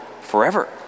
forever